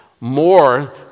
more